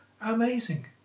Amazing